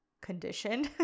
condition